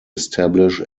establish